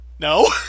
No